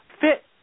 fit